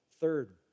Third